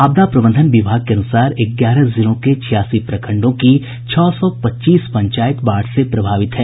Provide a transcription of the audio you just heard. आपदा प्रबंधन विभाग के अनुसार ग्यारह जिलों के छियासी प्रखंडों की छह सौ पच्चीस पंचायत बाढ़ से प्रभावित हैं